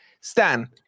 Stan